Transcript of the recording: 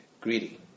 greedy